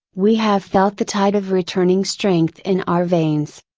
we have felt the tide of returning strength in our veins.